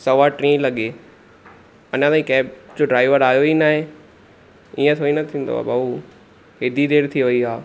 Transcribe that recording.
सवा ट्री लॻे अञा ताईं कैब जो ड्राइवर आहियो ई न आहे ईअं थोरी न थींदो आहे भाऊ हेॾी देरि थी वई आहे